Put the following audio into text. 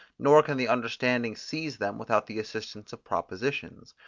nor can the understanding seize them without the assistance of propositions.